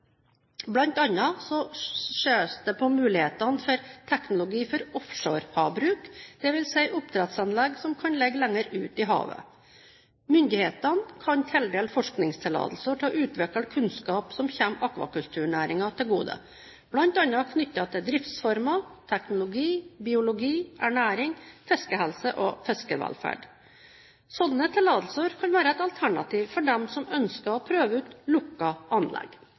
det på mulighetene for teknologi for offshore havbruk, dvs. oppdrettsanlegg som kan ligge lenger ut i havet. Myndighetene kan tildele forskningstillatelser til å utvikle kunnskap som kommer akvakulturnæringen til gode, bl.a. knyttet til driftsformer, teknologi, biologi, ernæring, fiskehelse og fiskevelferd. Slike tillatelser kan være et alternativ for dem som ønsker å prøve ut lukkede anlegg.